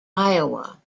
iowa